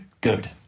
good